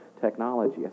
technology